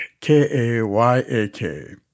K-A-Y-A-K